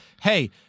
hey